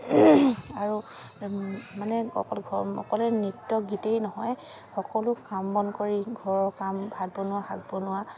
আৰু মানে অকল ঘৰ অকলে নৃত্য গীতেই নহয় সকলো কাম বন কৰি ঘৰৰ কাম ভাত বনোৱা শাক বনোৱা